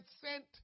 sent